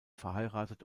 verheiratet